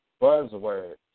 buzzwords